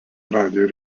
radijo